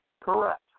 Correct